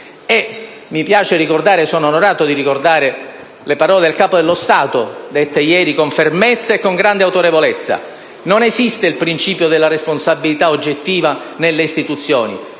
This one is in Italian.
di farlo, le parole del Capo dello Stato, dette ieri con fermezza e con grande autorevolezza: non esiste il principio della responsabilità oggettiva nelle istituzioni: